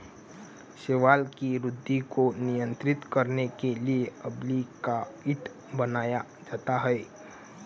शैवाल की वृद्धि को नियंत्रित करने के लिए अल्बिकाइड बनाया जाता है